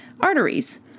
arteries